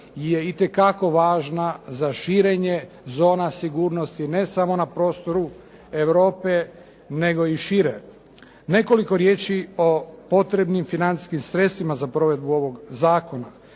je itekako važna za širenje zona sigurnosti ne samo na prostoru Europe nego i šire. Nekoliko riječi o potrebnim financijskim sredstvima za provedbu ovoga zakona.